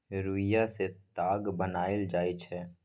रुइया सँ ताग बनाएल जाइ छै